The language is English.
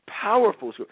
powerful